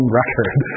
record